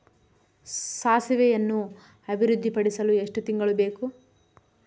ಸಾಸಿವೆಯನ್ನು ಅಭಿವೃದ್ಧಿಪಡಿಸಲು ಎಷ್ಟು ತಿಂಗಳು ಬೇಕು?